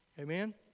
Amen